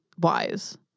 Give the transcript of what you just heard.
wise